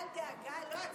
אל דאגה, לא אצביע בעד.